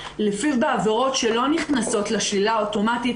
בעבירות שלא נכנסות לשלילה האוטומטית,